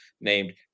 named